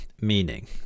meaning